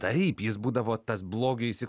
taip jis būdavo tas blogio įsi